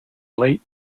late